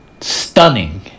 stunning